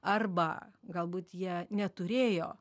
arba galbūt jie neturėjo